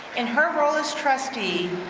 in her role as trustee,